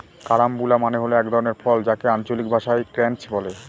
carambola মানে হল এক ধরনের ফল যাকে আঞ্চলিক ভাষায় ক্রাঞ্চ বলে